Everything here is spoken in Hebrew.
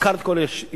עקר את כל ההתיישבויות,